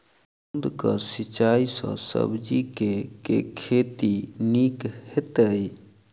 बूंद कऽ सिंचाई सँ सब्जी केँ के खेती नीक हेतइ?